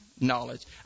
knowledge